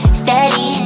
steady